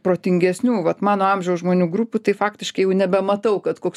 protingesnių vat mano amžiaus žmonių grupių tai faktiškai jau nebematau kad koks